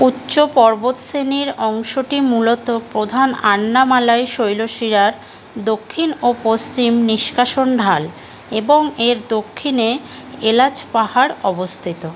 উচ্চ পর্বত শ্রেণীর অংশটি মূলত প্রধান আন্নামালাই শৈলশিরার দক্ষিণ ও পশ্চিম নিষ্কাশন ঢাল এবং এর দক্ষিণে এলাচ পাহাড় অবস্তিত